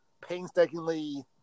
painstakingly